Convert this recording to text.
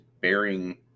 bearing